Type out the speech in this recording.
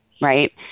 right